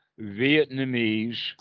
Vietnamese